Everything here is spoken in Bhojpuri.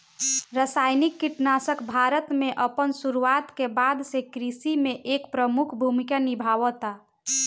रासायनिक कीटनाशक भारत में अपन शुरुआत के बाद से कृषि में एक प्रमुख भूमिका निभावता